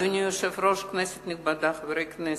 אדוני היושב-ראש, כנסת נכבדה, חברי כנסת,